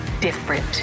different